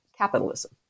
Capitalism